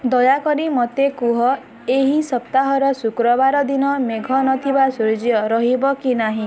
ଦୟାକରି ମୋତେ କୁହ ଏହି ସପ୍ତାହର ଶୁକ୍ରବାର ଦିନ ମେଘ ନଥିବା ସୂର୍ଯ୍ୟ ରହିବ କି ନାହିଁ